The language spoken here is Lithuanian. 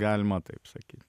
galima taip sakyt